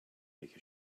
make